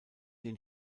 den